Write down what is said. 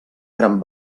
gran